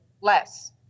less